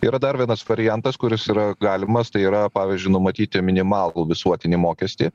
yra dar vienas variantas kuris yra galimas tai yra pavyzdžiui numatyti minimalų visuotinį mokestį